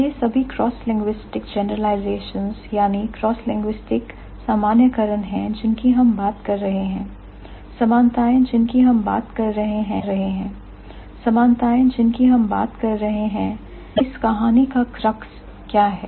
यह सभी crosslinguistic generalizations cross linguistic सामान्यकरण हैं जिनकी हम बात कर रहे हैं समानताएं जिनकी हम बात कर रहे हैं स्पष्टीकरण जिनकी हम बात कर रहे हैं इस कहानी का क्रक्स क्या है